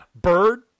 Bird